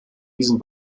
diesen